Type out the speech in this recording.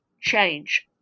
change